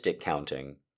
counting